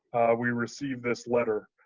we received this letter.